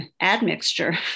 admixture